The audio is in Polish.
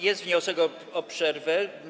Jest wniosek o przerwę.